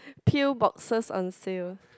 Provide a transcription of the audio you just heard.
peel boxes on sale